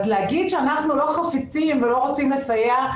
אז להגיד שאנחנו לא חפצים ולא רוצים לסייע,